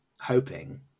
hoping